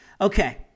okay